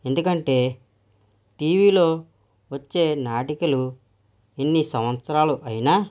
ఎందుకంటే టీవీలో వచ్చే నాటికలు ఎన్ని సంవత్సరాలు అయినా